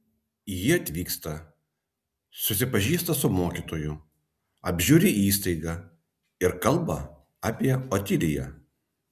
ji atvyksta susipažįsta su mokytoju apžiūri įstaigą ir kalba apie otiliją